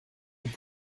vous